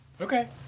Okay